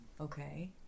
Okay